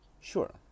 Sure